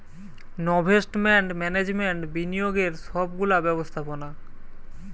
investment management বিনিয়োগের সব গুলা ব্যবস্থাপোনা